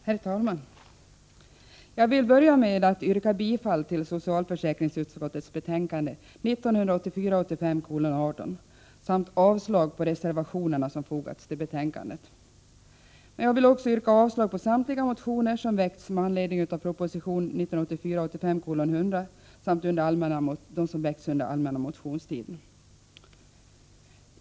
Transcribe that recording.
Herr talman! Jag vill börja med att yrka bifall till socialförsäkringsutskottets hemställan i betänkande 1984 85:100 samt på dem som väckts under den allmänna motionstiden.